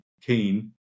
keen